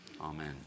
Amen